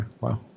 Wow